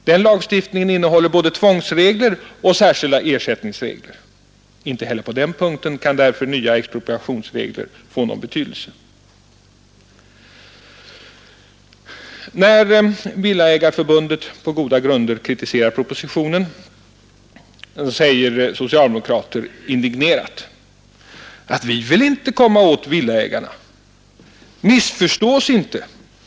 Den lagstiftningen innehåller både tvångsregler och särskilda ersättningsregler. Inte heller på den punkten kan därför nya expropriationsregler få någon betydelse. När Villaägareförbundet på goda grunder kritiserar propositionen, säger socialdemokrater indignerat: ”Vi vill inte komma åt villaägarna. Missförstå oss inte.